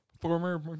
Former